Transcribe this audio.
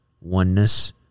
oneness